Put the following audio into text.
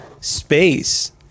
space